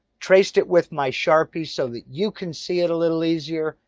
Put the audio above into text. traced it with my sharpie so that you can see it a little easier.